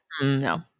no